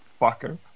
fucker